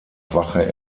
wache